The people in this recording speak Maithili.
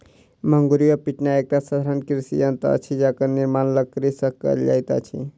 मुंगरी वा पिटना एकटा साधारण कृषि यंत्र अछि जकर निर्माण लकड़ीसँ कयल जाइत अछि